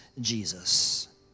Jesus